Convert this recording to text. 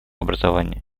образования